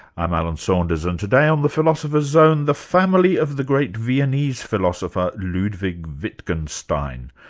i'm alan saunders and today on the philosopher's zone, the family of the great viennese philosopher, ludwig wittgenstein.